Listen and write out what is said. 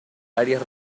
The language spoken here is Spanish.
áreas